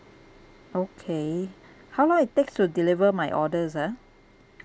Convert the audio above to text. okay how long it takes to deliver my orders ah